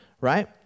right